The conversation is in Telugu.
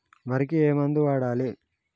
వరికి ఏ మందు వాడాలి?